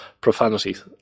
profanities